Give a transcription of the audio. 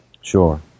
sure